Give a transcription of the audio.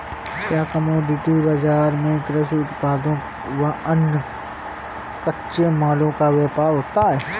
क्या कमोडिटी बाजार में कृषि उत्पादों व अन्य कच्चे मालों का व्यापार होता है?